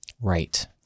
Right